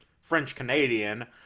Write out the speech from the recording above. French-Canadian